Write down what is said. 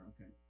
okay